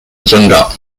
增长